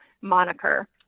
moniker